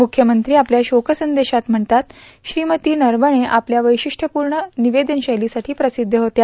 मुख्यमंत्री आपल्या शोकसंदेशात म्हणतात श्रीमती नरवणे आपल्या वैशिष्ट्बपूर्ण निवेदनशैलीसाठी प्रसिद्ध होत्या